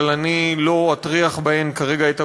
אבל אני לא אטריח בהן כרגע את המליאה,